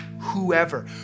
whoever